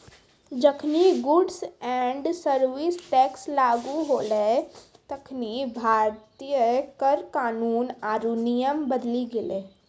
जखनि goods and service tax लागू होलै तखनि भारतीय कर कानून आरु नियम बदली गेलै